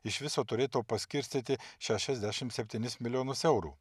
iš viso turėtų paskirstyti šešiasdešimt septynis milijonus eurų